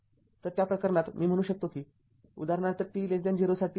तर त्या प्रकरणात मी म्हणू शकतो कि उदाहरणार्थ t 0 आहे